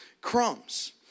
crumbs